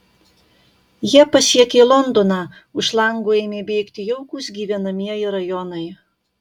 jie pasiekė londoną už lango ėmė bėgti jaukūs gyvenamieji rajonai